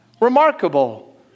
Remarkable